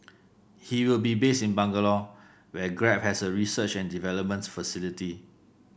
he will be based in Bangalore where Grab has a research and development facility